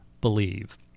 believe